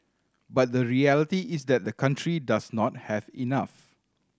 but the reality is that the country does not have enough